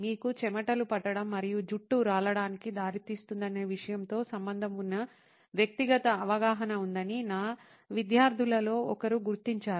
మీకు చెమటలు పట్టడం మరియు జుట్టు రాలడానికి దారితీస్తుందనే విషయంతో సంబంధం ఉన్న వ్యక్తిగత అవగాహన ఉందని నా విద్యార్థులలో ఒకరు గుర్తించారు